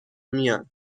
میان